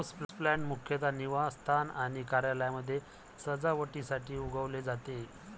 houseplant मुख्यतः निवासस्थान आणि कार्यालयांमध्ये सजावटीसाठी उगवले जाते